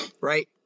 Right